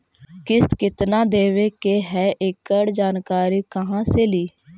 किस्त केत्ना देबे के है एकड़ जानकारी कहा से ली?